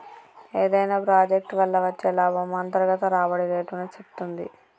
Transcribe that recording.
ఏదైనా ప్రాజెక్ట్ వల్ల వచ్చే లాభము అంతర్గత రాబడి రేటుని సేప్తుంది